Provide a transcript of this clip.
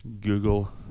Google